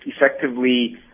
effectively